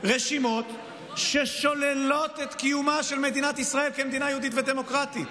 רשימות ששוללות את קיומה של מדינת ישראל כמדינה יהודית ודמוקרטית,